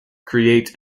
create